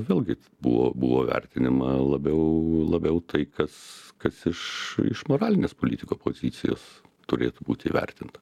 vėlgi buvo buvo vertinama labiau labiau tai kas kas iš iš moralinės politiko pozicijos turėtų būt įvertinta